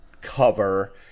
cover